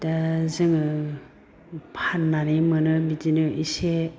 दा जोङो फाननानै मोनो बिदिनो एसे